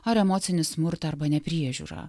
ar emocinį smurtą arba nepriežiūrą